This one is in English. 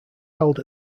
held